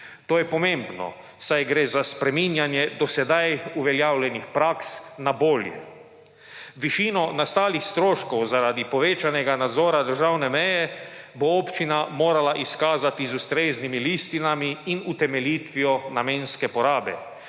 To je pomembno saj gre za spreminjanje do sedaj uveljavljenih praks na bolje. Višino nastalih stroškov, zaradi povečanega nadzora državne meje bo občina morala izkazati z ustreznimi listinami in utemeljitvijo namenske porabe.